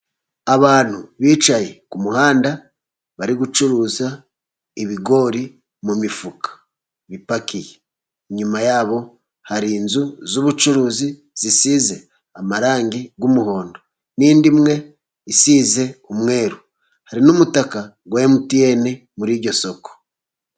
Abantu bicaye ku muhanda bari gucuruza ibigori mu mifuka, bipakiye nyuma yabo hari inzu z'ubucuruzi zisize amarangi y'umuhondo, n'indi imwe isize umweru hari n'umutaka wa emutiyene muri iryo soko.